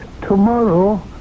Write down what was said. Tomorrow